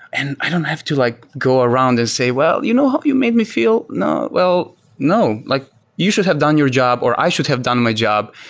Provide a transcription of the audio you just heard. and i don't have to like go around and say, well, you know how you made me feel? well, no. like you should have done your job, or i should have done my job.